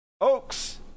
Oaks